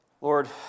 Lord